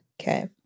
Okay